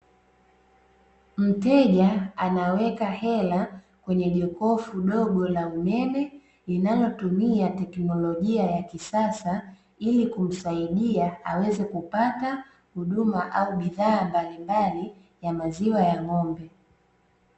Mteja anaweka hela kwenye jokofu dogo la umeme, linalotumia teknolojia ya kisasa ili kumsaidia aweze kupata huduma, ama bidhaa mbalimbali ya maziwa ya ng'ombe.